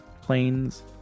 planes